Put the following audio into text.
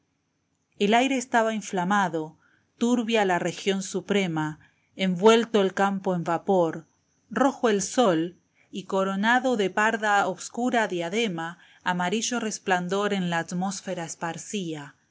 el aire estaba inflamado turbia la región suprema envuelto el campo en vapor rojo el sol y coronado de parda oscura diadema amarillo resplandor en la atmósfera esparcía